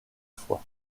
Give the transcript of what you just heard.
fois